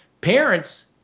Parents